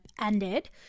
ended